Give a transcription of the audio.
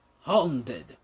Haunted